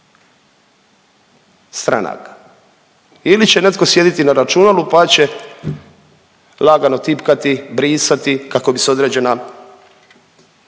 stranaka ili će netko sjediti na računalu, pa će lagano tipkati, brisati kako bi se određena